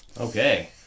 Okay